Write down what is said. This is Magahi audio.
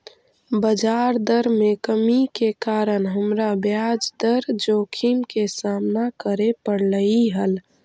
बजार दर में कमी के कारण हमरा ब्याज दर जोखिम के सामना करे पड़लई हल